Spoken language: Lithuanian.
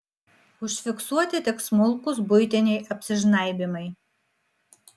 užfiksuoti tik smulkūs buitiniai apsižnaibymai